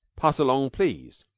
pass along, please!